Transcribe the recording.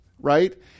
right